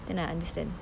then I understand